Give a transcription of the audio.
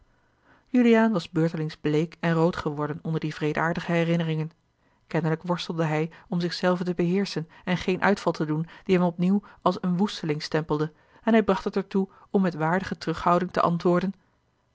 juliaan was beurtelings bleek en rood geworden onder die wreedaardige herinneringen kennelijk worstelde hij om zich zelven te beheerschen en geen uitval te doen die hem opnieuw als een woesteling stempelde en hij bracht het er toe om met waardige terughouding te antwoorden